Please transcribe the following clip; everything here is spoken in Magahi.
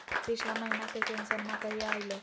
पिछला महीना के पेंसनमा कहिया आइले?